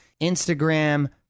Instagram